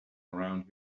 around